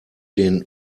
den